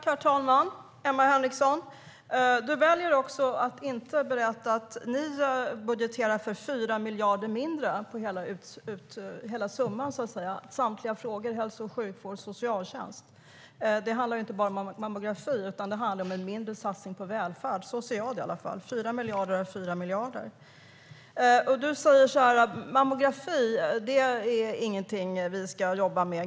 Herr talman! Du väljer också att inte berätta att ni budgeterar 4 miljarder mindre på hela summan, Emma Henriksson. Det gäller samtliga frågor: hälso och sjukvård och socialtjänst. Det handlar inte bara om mammografi, utan det handlar om en mindre satsning på välfärd. Så ser i alla fall jag det. 4 miljarder är 4 miljarder. Du säger att gratis mammografi inte är någonting som vi ska jobba med.